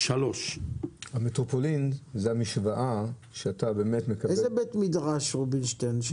מאיזה בית מדרש רובינשטיין?